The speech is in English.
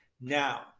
Now